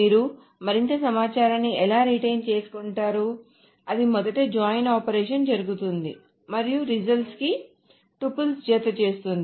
మీరు మరింత సమాచారాన్ని ఎలా రిటైన్ చేసుకుంటారు అది మొదట జాయిన్ ఆపరేషన్ జరుగుతుంది మరియు రిజల్ట్స్ కి టుపుల్స్ జతచేస్తుంది